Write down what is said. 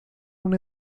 una